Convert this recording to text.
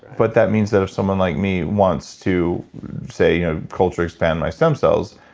but that means that if someone like me wants to say you know culture expand my stem cells,